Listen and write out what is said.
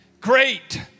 great